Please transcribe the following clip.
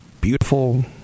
beautiful